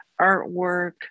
artwork